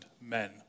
men